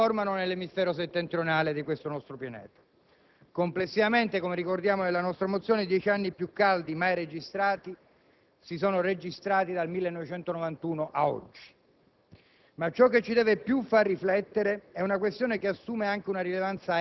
l'uragano Katrina, che colpì New Orleans un anno fa) che si formano nell'emisfero settentrionale del nostro pianeta. Complessivamente, come ricordiamo nella nostra mozione, i dieci anni più caldi mai registrati si sono avuti dal 1991 ad oggi.